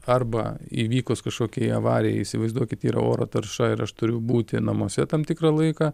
arba įvykus kažkokiai avarijai įsivaizduokit yra oro tarša ir aš turiu būti namuose tam tikrą laiką